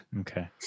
Okay